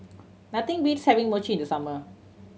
nothing beats having Mochi in the summer